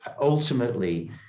ultimately